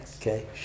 Okay